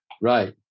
Right